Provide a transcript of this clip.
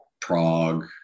Prague